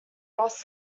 boss